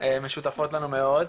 משותפות לנו מאוד.